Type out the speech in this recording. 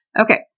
Okay